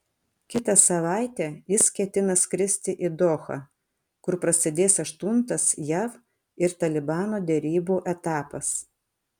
kitą savaitę jis ketina skristi į dohą kur prasidės aštuntas jav ir talibano derybų etapas